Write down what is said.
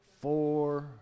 Four